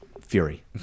fury